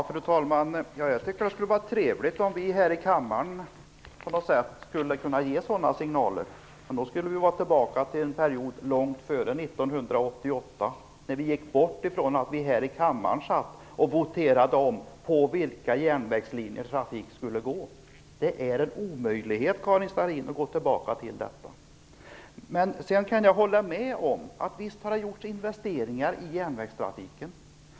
Fru talman! Jag tycker att det skulle vara trevligt om vi här i kammaren kunde ge sådana signaler. Men då måste vi gå tillbaka till den period långt före 1988 då vi gick ifrån att vi här i kammaren voterade om på vilka järnvägslinjer trafik skulle gå. Det är en omöjlighet, Karin Starrin, att gå tillbaka till det. Jag kan hålla med om att det har gjorts investeringar i järnvägstrafiken.